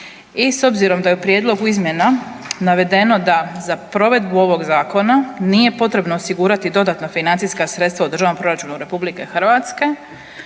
I s obzirom da je u prijedlogu izmjena navedeno da za provedbu ovog zakona nije potrebno osigurati dodatna financijska sredstva u državnom proračunu RH onda ostaje